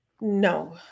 no